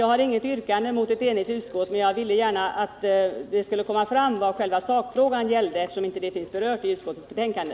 Jag har inget yrkande mot ett enigt utskott, men jag har med dessa ord velat tala om vad själva sakfrågan gäller, eftersom det inte är berört i utskottets betänkande.